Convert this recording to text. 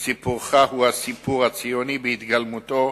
סיפורך הוא הסיפור הציוני בהתגלמותו,